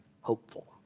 hopeful